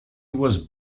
was